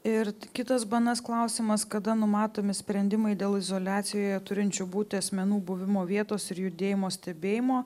ir kitas bns klausimas kada numatomi sprendimai dėl izoliacijoje turinčių būti asmenų buvimo vietos ir judėjimo stebėjimo